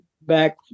back